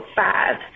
five